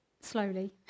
slowly